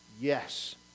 Yes